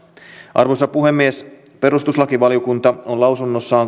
arvoisa puhemies perustuslakivaliokunta on lausunnossaan